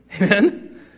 Amen